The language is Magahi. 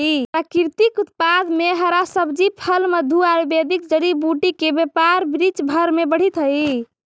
प्राकृतिक उत्पाद में हरा सब्जी, फल, मधु, आयुर्वेदिक जड़ी बूटी के व्यापार विश्व भर में बढ़ित हई